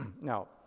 Now